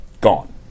gone